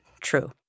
true